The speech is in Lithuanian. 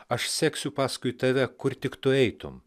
aš seksiu paskui tave kur tik tu eitum